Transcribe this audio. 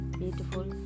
beautiful